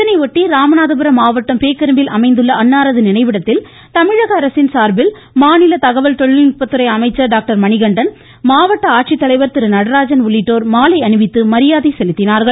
இதையொட்டி ராமநாதபுரம் மாவட்டம் பேக்கரும்பில் அமைந்துள்ள அன்னாரது நினைவிடத்தில் தமிழக அரசின் சார்பில் மாநில தகவல் தொழில்நுட்பத்துறை அமைச்சர் டாக்டர் மணிகண்டன் மாவட்ட ஆட்சித்தலைவர் திரு நடராஜன் உள்ளிட்டோர் மாலை அணிவித்து மரியாதை செலுத்தினார்கள்